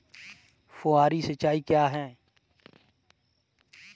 फुहारी सिंचाई क्या है?